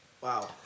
Wow